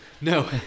No